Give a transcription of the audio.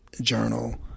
journal